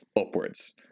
upwards